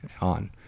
on